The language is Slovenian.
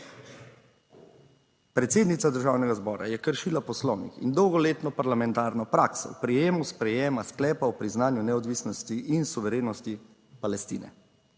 Predsednica Državnega zbora je kršila Poslovnik in dolgoletno parlamentarno prakso v prijemu sprejema sklepa o priznanju neodvisnosti in suverenosti Palestine.